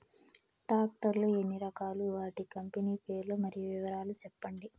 Tractor లు ఎన్ని రకాలు? వాటి కంపెని పేర్లు మరియు వివరాలు సెప్పండి?